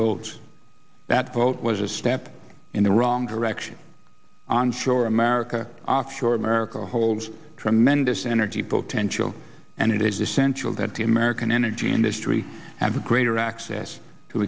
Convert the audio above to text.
vote that vote was a step in the wrong direction onshore america offshore america holds tremendous energy potential and it is essential that the american energy industry have a greater access to